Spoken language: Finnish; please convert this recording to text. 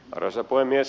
arvoisa puhemies